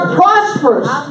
prosperous